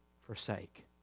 Forsake